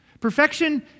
Perfection